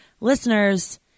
Listeners